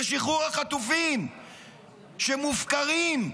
לשחרור החטופים שמופקרים,